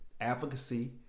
advocacy